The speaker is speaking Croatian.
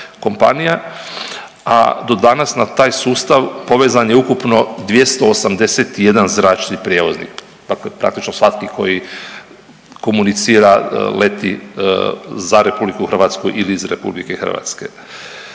a do danas na taj sustav povezan je ukupno 281 zračni prijevoznik. Dakle, praktično svaki koji komunicira, leti za RH ili iz RH. Pritom